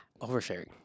Oversharing